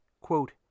Quote